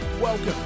Welcome